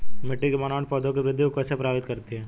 मिट्टी की बनावट पौधों की वृद्धि को कैसे प्रभावित करती है?